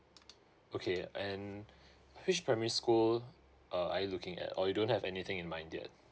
okay and which primary school uh are you looking at or you don't have anything in mind yet